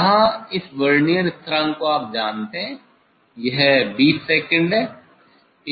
यहाँ इस वर्नियर स्थिरांक को आप जानते हैं यह 20 सेकंड हैं